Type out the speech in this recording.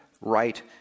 right